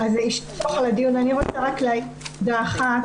אני רוצה להגיד נקודה אחת.